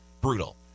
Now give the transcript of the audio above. Brutal